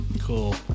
cool